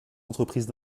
entreprises